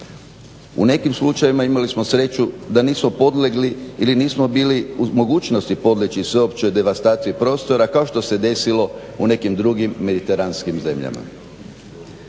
U nekim slučajevima imali smo sreću da nismo podlegli ili nismo bili u mogućnosti podleći sveopćoj devastaciji prostora kao što se desilo u nekim drugim mediteranskim zemljama.